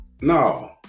no